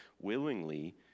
willingly